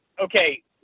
Okay